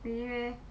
really meh